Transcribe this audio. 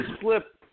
slip